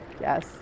yes